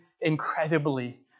incredibly